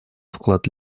вклад